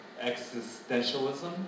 existentialism